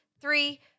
three